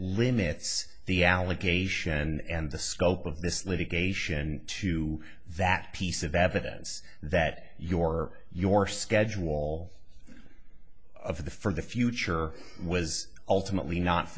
limits the allegation and the scope of this litigation and to that piece of evidence that your your schedule all of the for the future was ultimately not